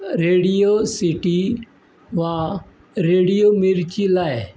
radio city वा radio Mirchi लाय